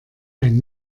ein